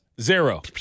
zero